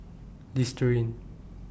Listerine